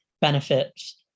benefits